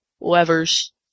levers